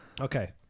Okay